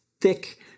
thick